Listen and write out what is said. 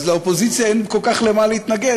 אז לאופוזיציה אין כל כך למה להתנגד.